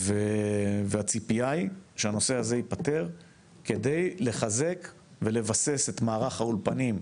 והציפייה היא שהנושא הזה ייפתר כדי לחזק ולבסס את מערך האולפנים הקיים,